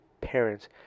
parents